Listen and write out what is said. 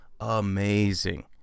amazing